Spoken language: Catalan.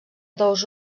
dos